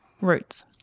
roots